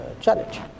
challenge